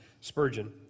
Spurgeon